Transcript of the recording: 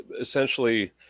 essentially